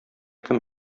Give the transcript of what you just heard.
кем